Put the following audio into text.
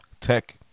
Tech